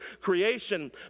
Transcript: Creation